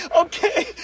okay